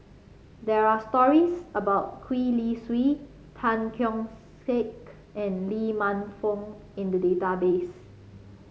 there are stories about Gwee Li Sui Tan Keong Saik and Lee Man Fong in the database